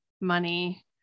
money